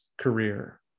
career